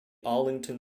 arlington